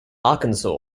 arkansas